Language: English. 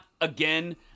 again